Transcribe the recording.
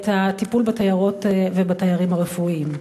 את הטיפול בתיירות ובתיירים הרפואיים.